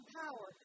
power